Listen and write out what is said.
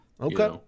Okay